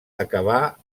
acabà